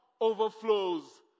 overflows